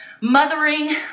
mothering